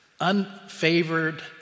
unfavored